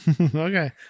Okay